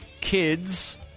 kids